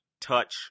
touch